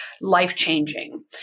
life-changing